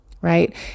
right